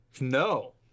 no